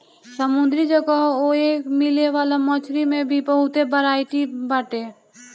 समुंदरी जगह ओए मिले वाला मछरी में भी बहुते बरायटी बाटे